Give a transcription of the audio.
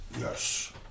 Yes